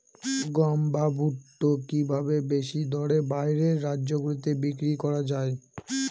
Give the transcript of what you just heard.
গম বা ভুট্ট কি ভাবে বেশি দরে বাইরের রাজ্যগুলিতে বিক্রয় করা য়ায়?